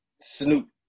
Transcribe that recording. Snoop